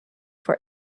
for